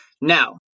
Now